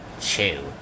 chew